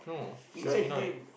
Pinoy have name